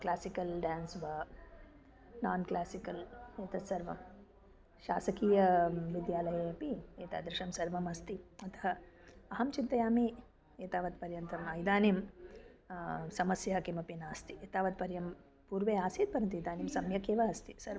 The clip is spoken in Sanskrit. क्लासिकल् ड्यान्स् वा नान् क्लासिकल् एतत् सर्वं शासकीयविद्यालये अपि एतादृशं सर्वम् अस्ति अतः अहं चिन्तयामि एतावत्पर्यन्तम् इदानीं समस्या किमपि नास्ति एतावत्पर्यं पूर्वे आसीत् परन्तु इदानीं सम्यक् एव अस्ति सर्वम्